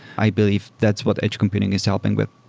i believe that's what edge computing is helping with